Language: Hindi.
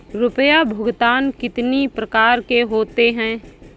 रुपया भुगतान कितनी प्रकार के होते हैं?